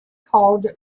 called